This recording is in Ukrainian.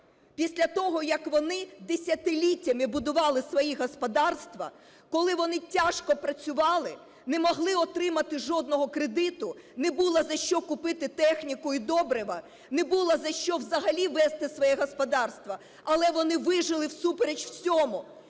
після того, як вони десятиліттями будували свої господарства, коли вони тяжко працювали, не могли отримати жодного кредиту, не було за що купити техніку і добрива, не було за що взагалі вести своє господарство, – але вони вижили всупереч усьому.